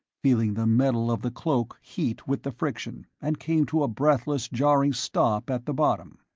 feeling the metal of the cloak heat with the friction, and came to a breathless jarring stop at the bottom.